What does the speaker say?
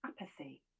apathy